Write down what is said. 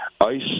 ICE